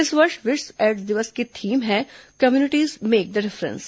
इस वर्ष विश्व एड्स दिवस की थीम है कम्युनिटीज मेक द डिफरेंस